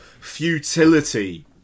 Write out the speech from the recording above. futility